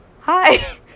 Hi